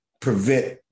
prevent